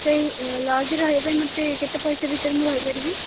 ସେଇ ଲଜ୍ରେ ରହିବା ପାଇଁ ମୋତେ କେତେ ପଇସା ଭିତରେ ମୁଁ ରହିପାରିବି